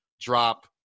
drop